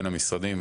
בין המשרדים,